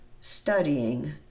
studying